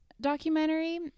documentary